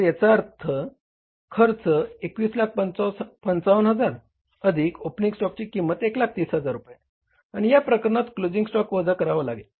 तर याचा खर्च 2155000 अधिक ओपनिंग स्टॉकची किंमत 130000 रुपये आणि या प्रकरणात क्लोझिंग स्टॉक वजा करावा लागेल